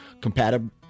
compatible